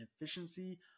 efficiency